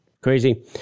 crazy